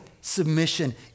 submission